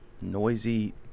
noisy